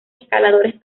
escaladores